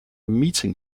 meeting